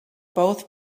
both